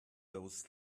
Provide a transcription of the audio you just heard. those